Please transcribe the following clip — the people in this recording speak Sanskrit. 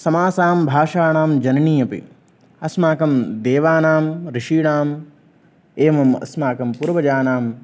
समासां भाषाणां जननी अपि अस्माकं देवानाम् ऋषीणाम् एवमस्माकं पूर्वजानां